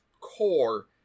core